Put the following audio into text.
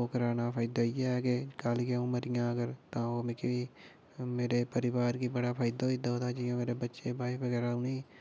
ओह् कराना फायदा इ'यै ऐ के कल गी अ'ऊं मरी जां अगर तां ओह् मिकी मेरे परिवार गी बड़ा फायदा होई दा ओह्दा जि'यां मेरे बच्चे वाइफ बगैरा उ'नें ई